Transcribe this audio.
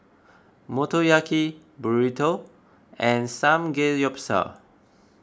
Motoyaki Burrito and Samgeyopsal